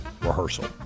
rehearsal